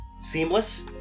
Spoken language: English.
seamless